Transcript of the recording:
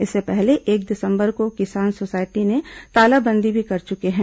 इससे पहले एक दिसंबर को किसान सोसायटी में तालाबंदी भी कर चुके हैं